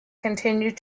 continued